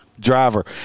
driver